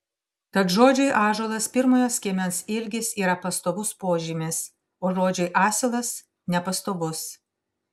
tad žodžiui ąžuolas pirmojo skiemens ilgis yra pastovus požymis o žodžiui asilas nepastovus